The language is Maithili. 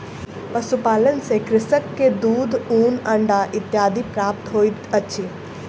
पशुपालन सॅ कृषक के दूध, ऊन, अंडा इत्यादि प्राप्त होइत अछि